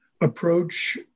approach